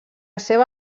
seva